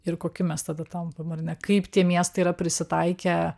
ir koki mes tada tampama ne kaip tie miestai yra prisitaikę